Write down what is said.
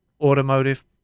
automotive